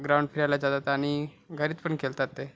ground फेयरला जातात आणि घरात पण खेळतात ते